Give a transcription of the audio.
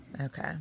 okay